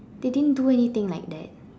they didn't do anything like that